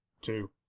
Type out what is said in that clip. two